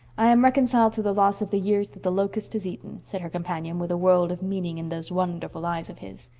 i am reconciled to the loss of the years that the locust has eaten, said her companion, with a world of meaning in those wonderful eyes of his.